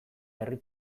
herri